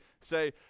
say